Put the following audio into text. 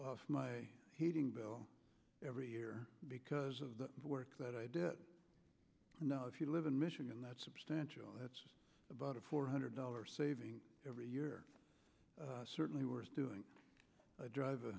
of my heating bill every year because of the work that i do it and if you live in michigan that's substantial that's about a four hundred dollars saving every year certainly we're doing a drive a